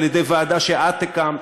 על-ידי ועדה שאת הקמת.